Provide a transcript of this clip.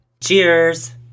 Cheers